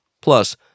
Plus